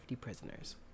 prisoners